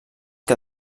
que